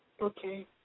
Okay